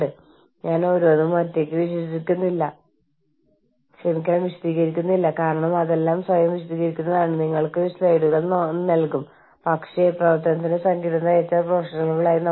ഒരു സ്ഥാപനം എടുക്കുന്ന പല തീരുമാനങ്ങളുമായി താരതമ്യപ്പെടുത്തുമ്പോൾ അവർക്ക് സ്വീകരിക്കാനും വിവരങ്ങൾ നൽകാനും കൂടിയാലോചിക്കാനും അവകാശമുണ്ട്